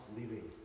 living